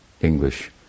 English